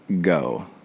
go